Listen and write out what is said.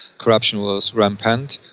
corruption was rampant.